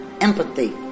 empathy